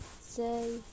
Say